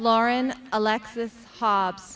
lauren alexis hobbs